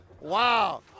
Wow